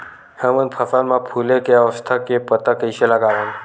हमन फसल मा फुले के अवस्था के पता कइसे लगावन?